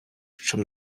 щоб